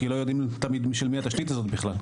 כי לא יודעים תמיד של מי התשתית הזאת בכלל.